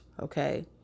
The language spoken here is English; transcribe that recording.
Okay